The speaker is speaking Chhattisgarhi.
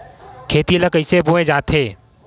खेती ला कइसे बोय जाथे?